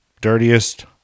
dirtiest